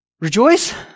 Rejoice